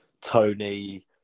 Tony